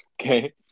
Okay